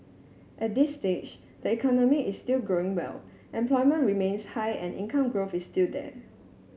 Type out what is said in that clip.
at this stage the economy is still growing well employment remains high and income growth is still there